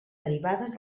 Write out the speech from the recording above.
derivades